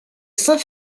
saint